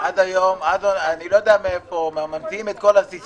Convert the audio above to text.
אז אני חושבת שבמקום לספר כמה אנחנו עכשיו אמפתיים והכל